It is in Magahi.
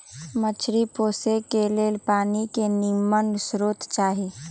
मछरी पोशे के लेल पानी के निम्मन स्रोत चाही